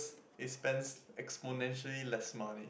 it spends exponentially less money